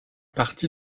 partie